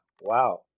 wow